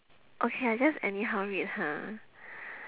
okay I just anyhow read ha